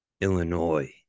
Illinois